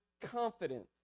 confidence